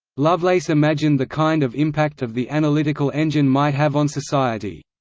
lovelace imagined the kind of impact of the analytical engine might have on society.